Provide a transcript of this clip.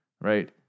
right